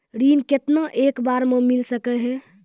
ऋण केतना एक बार मैं मिल सके हेय?